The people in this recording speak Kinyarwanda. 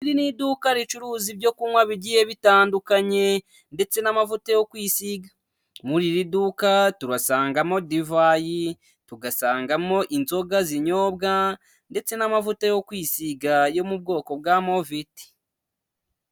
Iri n'iduka ricuruza ibyo kunywa bigiye bitandukanye ndetse n'amavuta yo kwisiga, muri iri duka tubasangamo divayi, tugasangamo inzoga z'inyobwa ndetse n'amavuta yo kwisiga, yo mu bwoko bwa moviti.